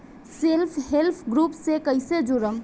Self help group से कइसे जुड़म?